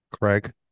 Craig